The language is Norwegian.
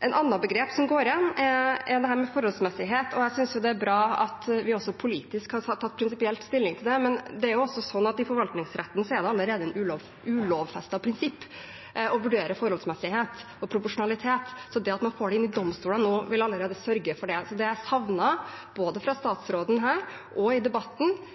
Et annet begrep som går igjen, er dette med forholdsmessighet, og jeg synes det er bra at vi også politisk har tatt prinsipielt stilling til det. Men det er også sånn at i forvaltningsretten er det allerede et ulovfestet prinsipp å vurdere forholdsmessighet og proporsjonalitet, så det at man får det inn i domstolene nå, vil allerede